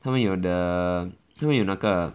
他们有 the 他们有那个